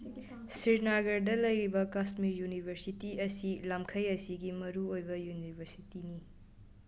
ꯁ꯭ꯔꯤꯅꯥꯒꯔꯗ ꯂꯩꯔꯤꯕ ꯀꯥꯁꯃꯤꯔ ꯌꯨꯅꯤꯕꯔꯁꯤꯇꯤ ꯑꯁꯤ ꯂꯥꯝꯈꯩ ꯑꯁꯤꯒꯤ ꯃꯔꯨꯑꯣꯏꯕ ꯌꯨꯅꯤꯕꯔꯁꯤꯇꯤꯅꯤ